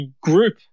group